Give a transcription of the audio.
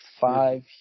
five